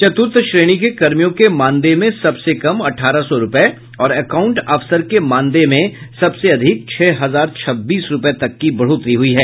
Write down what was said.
चतुर्थ श्रेणी के कर्मियों के मानदेय में सबसे कम अठारह सौ रूपये और अकाउंट अफसर के मानेदय में सबसे अधिक छह हजार छब्बीस रूपये तक की बढ़ोतरी हुयी है